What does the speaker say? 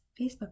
Facebook